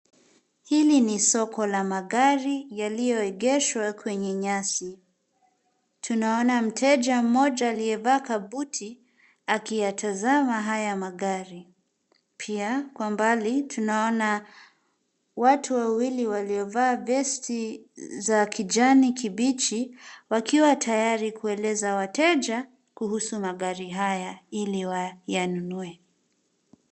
Hili ni soko la magari yaliyoegeshwa kwenye nyasi. Tunaona mteja mmoja aliyevaa kabuti akiyatazama haya magari. Pia kwa mbali tunaona watu wawili waliovaa vesti za kijani kibichi wakiwa tayari kueleza wateja kuhusu magari haya ili wayanunue.